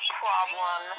problem